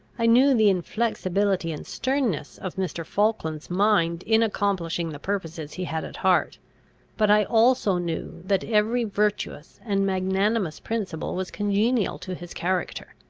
i knew the inflexibility and sternness of mr. falkland's mind in accomplishing the purposes he had at heart but i also knew that every virtuous and magnanimous principle was congenial to his character.